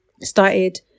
started